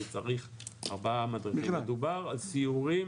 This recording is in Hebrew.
אני צריך ארבעה מדריכים' מדובר על סיורים